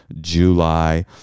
July